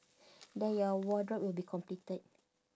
then your wardrobe will be completed